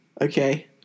okay